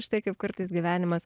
štai kaip kartais gyvenimas